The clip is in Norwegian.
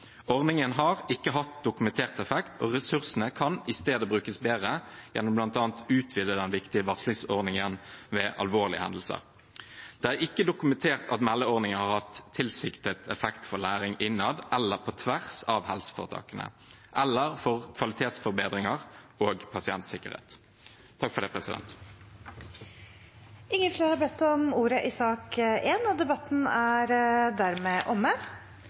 Ordningen har ikke hatt dokumentert effekt, og ressursene kan i stedet brukes bedre gjennom bl.a. å utvide den viktige varslingsordningen ved alvorlige hendelser. Det er ikke dokumentert at meldeordningen har hatt tilsiktet effekt for læring innad eller på tvers av helseforetakene, eller for kvalitetsforbedring og pasientsikkerhet. Flere har ikke bedt om ordet til sak nr. 1. Etter ønske fra helse- og